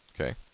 Okay